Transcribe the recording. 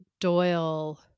Doyle